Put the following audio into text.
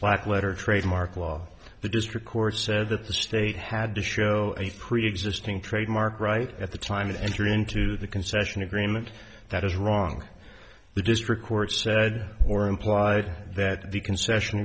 blackletter trademark law the district court said that the state had to show a preexisting trademark right at the time of entry into the concession agreement that is wrong the district court said or implied that the concession